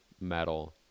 metal